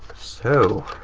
so,